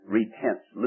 repents